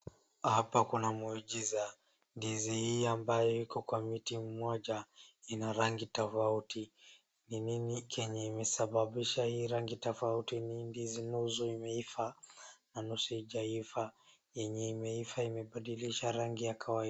Hapa kuna miugiza. Ndizi hii ambayo iko kwa mti mmoja ina rangi tofauti. Ni nini yenye imesababisha hii rangi tofauti yani ndizi nusu imeiva na nusu hijaiva. Yenye imeiva imebadilisha rangi ya kawaida...